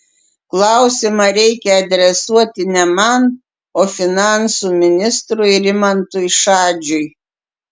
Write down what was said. klausimą reikia adresuoti ne man o finansų ministrui rimantui šadžiui